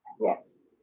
Yes